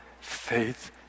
faith